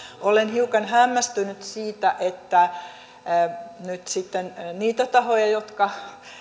olen hiukan hämmästynyt siitä että nyt sitten niitä tahoja jotka